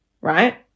right